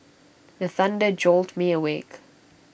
the thunder jolt me awake